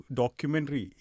documentary